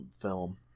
film